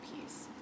peace